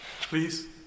Please